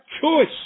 choice